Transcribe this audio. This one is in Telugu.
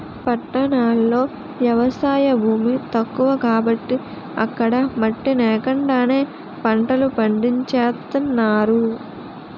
పట్టణాల్లో ఎవసాయ భూమి తక్కువ కాబట్టి అక్కడ మట్టి నేకండానే పంటలు పండించేత్తన్నారు